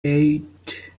eight